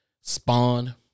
Spawn